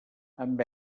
amb